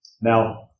Now